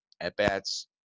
at-bats